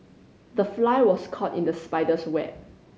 the fly was caught in the spider's web